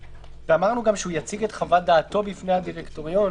אמרנו גם שהוא יציג את חוות דעתו בפני הדירקטוריון,